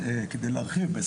כדי להרחיב.